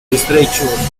estrecho